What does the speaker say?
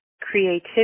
creativity